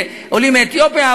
לעולים מאתיופיה,